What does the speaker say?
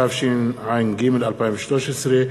התשע"ג 2013,